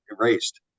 erased